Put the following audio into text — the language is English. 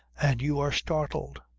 and you are startled!